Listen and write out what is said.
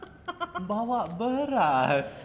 bawa beras